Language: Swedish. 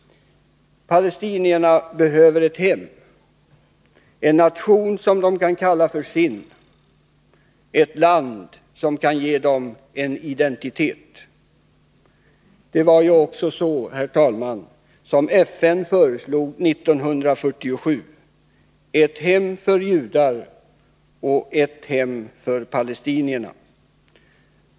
Palestinierna behöver ett hem, en nation som de kan kalla för sin, ett land som kan ge dem en identitet. Det var ju också, herr talman, vad FN föreslog 1947 — ett hem för judarna och ett hem för palestinierna.